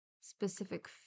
specific